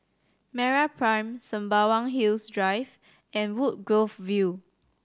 MeraPrime Sembawang Hills Drive and Woodgrove View